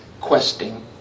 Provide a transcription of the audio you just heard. questing